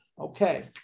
Okay